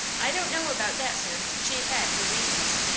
i don't know about that, sir. she had her reasons,